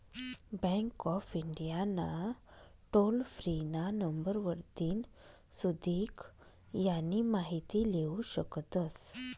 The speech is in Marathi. बँक ऑफ इंडिया ना टोल फ्री ना नंबर वरतीन सुदीक यानी माहिती लेवू शकतस